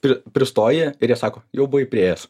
pri pristoji ir jie sako jau buvo priėjęs